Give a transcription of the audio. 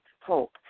hope